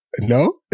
no